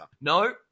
No